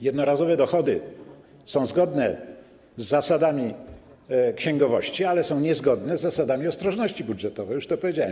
Jednorazowe dochody są zgodne z zasadami księgowości, ale są niezgodne z zasadami ostrożności budżetowej, o czym już powiedziałem.